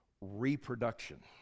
reproduction